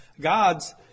God's